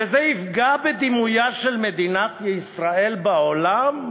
שזה יפגע בדימויה של מדינת ישראל בעולם.